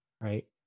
Right